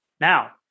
Now